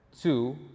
Two